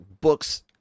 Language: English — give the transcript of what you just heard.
books